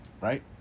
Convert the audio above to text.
Right